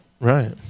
Right